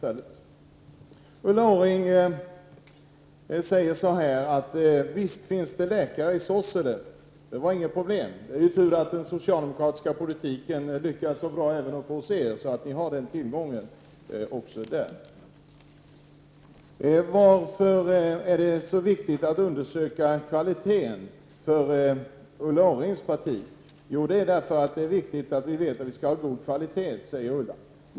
Ulla Orring säger att det visst finns läkare i Sorsele. Det är inget problem på det området. Det är ju tur att den socialdemokratiska politiken lyckas så bra även uppe hos er, så att ni har tillgång till läkare även där. Varför är det så viktigt för Ulla Orrings parti att undersöka kvaliteten? Jo, det är därför att det är viktigt att vi vet att vi skall ha god kvalitet, säger Ulla Orring.